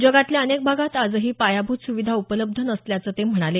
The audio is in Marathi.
जगातल्या अनेक भागात आजही पायाभूत सुविधा उपलब्ध नसल्याचं ते म्हणाले